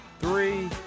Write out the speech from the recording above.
three